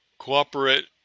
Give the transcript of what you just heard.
Cooperate